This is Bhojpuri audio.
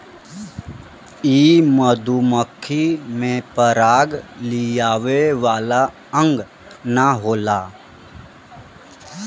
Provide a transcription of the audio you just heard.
इ मधुमक्खी में पराग लियावे वाला अंग ना होला